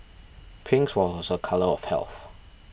pink was a colour of health